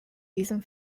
diesem